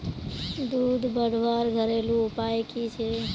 दूध बढ़वार घरेलू उपाय की छे?